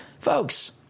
Folks